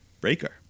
Breaker